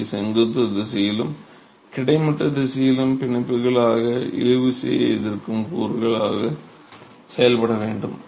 இவை செங்குத்து திசையிலும் கிடைமட்ட திசையிலும் பிணைப்புகளாக இழுவிசையை எதிர்க்கும் கூறுகளாக செயல்பட வேண்டும்